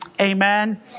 Amen